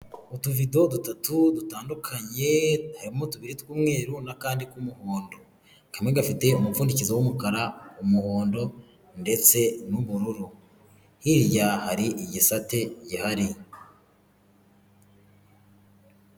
Utuvido dutatu dutandukanye harimo tubiri tw'umweru n'akandi k'umuhondo. Kamwe gafite umupfugikozo w'umukara, umuhondo ndetse n'ubururu, hiya hari igisate gihari.